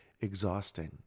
exhausting